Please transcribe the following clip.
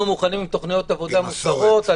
אנחנו מוכנים עם תוכניות עבודה מסודרות,